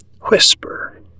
whisper